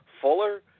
Fuller